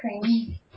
cream